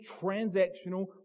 transactional